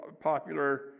popular